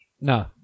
no